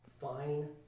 Fine